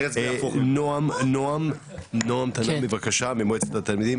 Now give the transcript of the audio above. נועם ממועצת התלמידים.